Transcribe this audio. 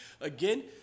Again